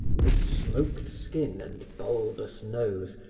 with smoked skin and bulbous nose,